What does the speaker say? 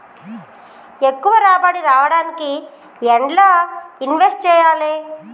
ఎక్కువ రాబడి రావడానికి ఎండ్ల ఇన్వెస్ట్ చేయాలే?